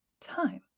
time